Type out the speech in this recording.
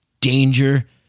danger